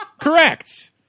Correct